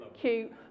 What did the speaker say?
cute